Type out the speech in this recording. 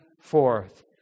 forth